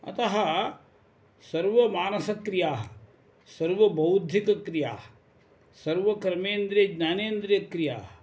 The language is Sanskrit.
अतः सर्वमानसक्रियाः सर्वबौद्धिकक्रियाः सर्वकर्मेन्द्रियज्ञानेन्द्रियक्रियाः